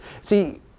See